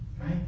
right